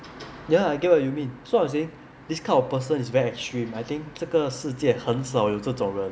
ya I get what you mean so I'm saying this kind of person is very extreme I think 这个世界很少有这种人